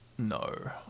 No